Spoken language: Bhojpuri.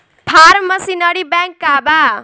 फार्म मशीनरी बैंक का बा?